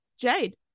Jade